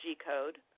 G-code